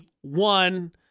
one